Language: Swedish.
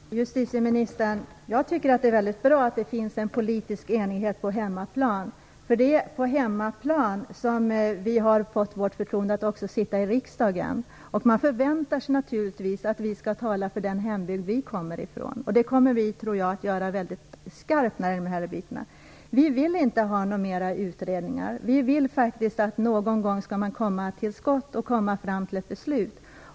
Fru talman! Justitieministern! Jag tycker att det är väldigt bra att det finns en politisk enighet på hemmaplan, för det är på hemmaplan som vi har fått vårt förtroende att också sitta i riksdagen. Vi förväntas naturligtvis tala för den hembygd vi kommer från, och det kommer vi också att göra mycket skarpt vad gäller den här frågan. Vi vill inte ha några fler utredningar. Vi vill faktiskt att man någon gång skall komma till skott och komma fram till ett beslut.